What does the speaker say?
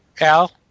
Al